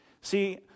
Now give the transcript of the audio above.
See